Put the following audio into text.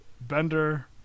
Bender